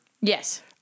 Yes